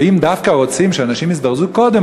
ואם דווקא רוצים שאנשים יזדרזו ויגיעו קודם,